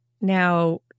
Now